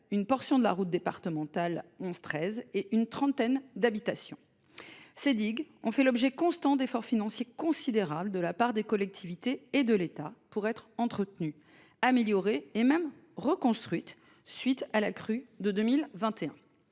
une portion de la route départementale 11 13 et une trentaine d'habitations. Ces digues ont fait l'objet constant d'effort financier considérable de la part des collectivités et de l'État pour être entretenu améliorer et même reconstruite suite à la crue de 2021.